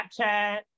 Snapchat